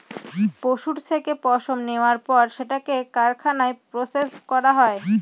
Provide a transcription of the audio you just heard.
পশুর থেকে পশম নেওয়ার পর সেটাকে কারখানায় প্রসেস করা হয়